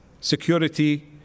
security